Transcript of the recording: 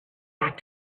back